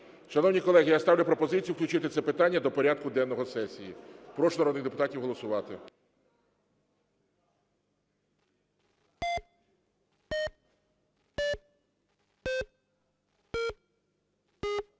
Шановні колеги, я ставлю пропозицію включити це питання до порядку денного сесії. Прошу народних депутатів голосувати.